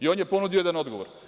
On je ponudio jedan odgovor.